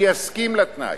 אני אסכים לתנאי.